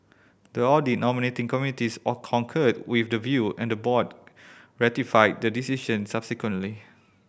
the audit nominating committees concurred with the view and the board ratified this decision subsequently